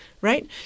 Right